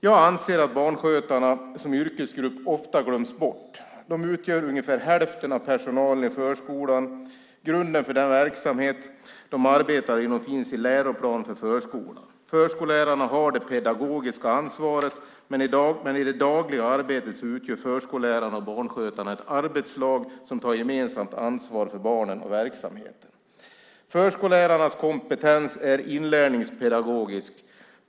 Jag anser att barnskötarna som yrkesgrupp ofta glöms bort. De utgör ungefär hälften av personalen i förskolan. Grunden för den verksamhet som de arbetar inom finns i Läroplan för förskolan . Förskollärarna har det pedagogiska ansvaret. Men i det dagliga arbetet utgör förskollärarna och barnskötarna ett arbetslag där man gemensamt tar ansvar för barnen och verksamheten. Förskollärarnas kompetens är inlärningspedagogisk.